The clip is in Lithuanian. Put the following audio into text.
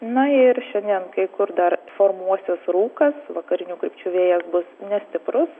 na ir šiandien kai kur dar formuosis rūkas vakarinių krypčių vėjas bus nestiprus